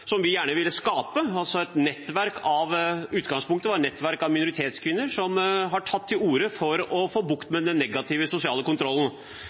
som vi gjerne ville skape, et nettverk – i utgangspunktet et nettverk av minoritetskvinner som har tatt til orde for å få bukt med den negative sosiale kontrollen.